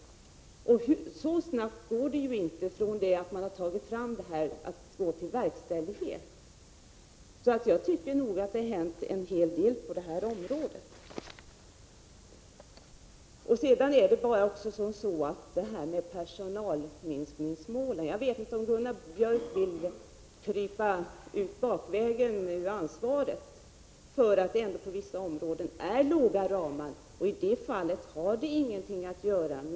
Det går ju som bekant inte så snabbt från det att man har börjat diskutera till dess det kommer till verkställighet. Jag tycker nog att det har hänt en hel del på det här området. När det sedan gäller personalminskningsmålen undrar jag om Gunnar Björk vill smita ut bakvägen från ansvaret för att ramarna på vissa områden är låga. Det har ingenting att göra med ekonomin i övrigt.